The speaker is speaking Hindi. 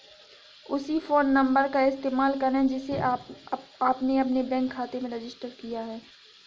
उसी फ़ोन नंबर का इस्तेमाल करें जिसे आपने अपने बैंक खाते में रजिस्टर किया है